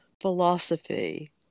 philosophy